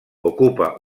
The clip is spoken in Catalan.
ocupa